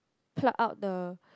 pluck out the